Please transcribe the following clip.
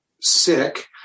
sick